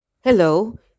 Hello